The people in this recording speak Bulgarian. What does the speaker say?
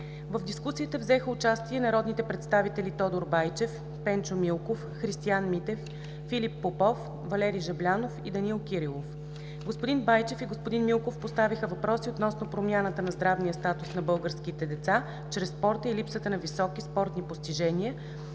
В дискусията взеха участие народните представители Тодор Байчев, Пенчо Милков, Христиан Митев, Филип Попов, Валери Жаблянов и Данаил Кирилов. Господин Байчев и господин Милков поставиха въпроси относно промяната на здравния статус на българските деца чрез спорта и липсата на високи спортни постижения,